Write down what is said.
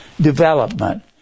development